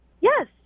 Yes